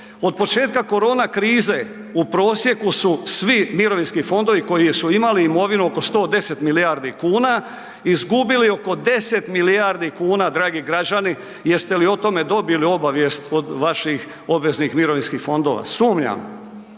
Od početka korona krize u prosjeku su svi mirovinski fondovi koji su imali imovinu oko 110 milijardi kuna izgubili oko 10 milijardi kuna, dragi građani, jeste li o tome dobili obavijest od vaših obveznih mirovinskih fondova? Sumnjam.